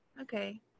okay